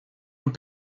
have